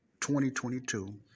2022